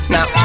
Now